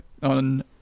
on